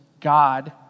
God